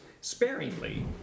sparingly